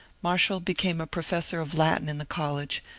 marshall became a professor of latin in the college,